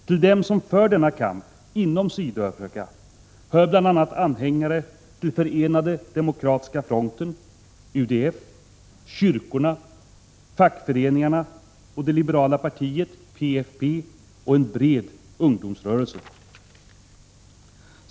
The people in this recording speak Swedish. Till dem som för denna kamp inom Sydafrika hör bl.a. anhängare till Förenade demokratiska fronten, UDF, kyrkorna, fackföreningarna, det liberala partiet, PFP, och en bred ungdomsrörelse.